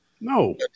No